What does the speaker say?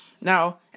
Now